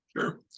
Sure